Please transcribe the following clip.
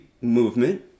movement